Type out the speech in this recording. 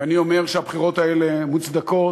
ואני אומר שהבחירות האלה מוצדקות,